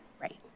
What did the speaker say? Right